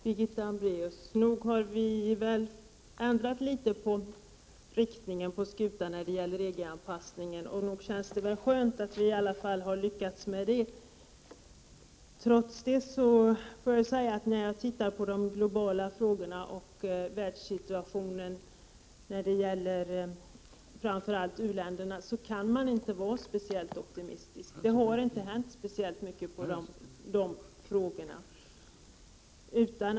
Herr talman! Nog har vi väl ändrat litet på riktningen på skutan när det gäller EG-anpassningen, Birgitta Hambraeus, och nog känns det väl skönt att vi i alla fall har lyckats med det! Trots detta får jag säga att när jag ser på de globala frågorna och världssituationen när det gäller framför allt u-länderna, så kan jag inte vara så speciellt optimistisk. Det har inte hänt särskilt mycket på de områdena.